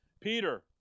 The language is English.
Peter